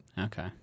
Okay